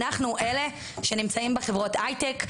אנחנו אלה שנמצאים בחברות ההיי-טק,